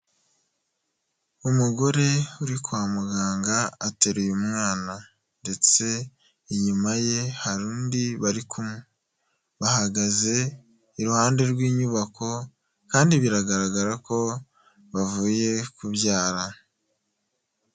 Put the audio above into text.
Umugore uri kwa muganga ateruye umwana ndetse inyuma ye hari undi bari kumwe bahagaze iruhande rw'inyubako kandi biragaragara ko bavuye ku byara.